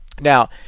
Now